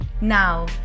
Now